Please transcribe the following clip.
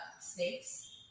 Snakes